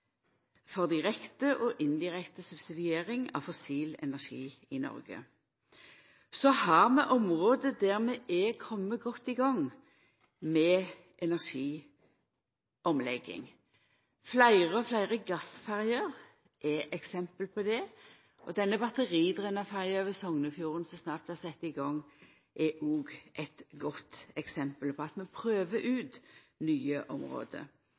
for direkte og indirekte subsidiering av fossil energi i Noreg. Så har vi område der vi har kome godt i gang med energiomlegging. Fleire og fleire gassferjer er eksempel på det. Denne batteridrivne ferja ved Sognefjorden som snart blir sett i gang, er òg eit godt eksempel på at vi prøver ut nye område.